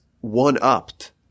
one-upped